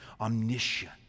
omniscient